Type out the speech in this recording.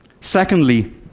secondly